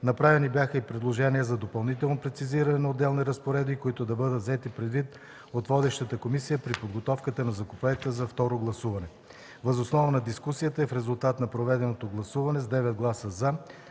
Направени бяха и предложения за допълнително прецизиране на отделни разпоредби, които да бъдат взети предвид от водещата комисия при подготовката на законопроекта за второ гласуване. Въз основа на дискусията и в резултат на проведеното гласуване с 9 гласа „за”,